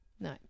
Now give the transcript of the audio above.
No